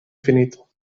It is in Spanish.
finito